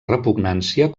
repugnància